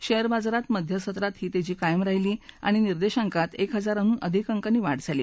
share बाजारात मध्य सत्रात ही तेजी कायम राहिली आणि निर्देशांकात एक हजाराहून अधिक अंकांनी वाढ झाली